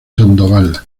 sandoval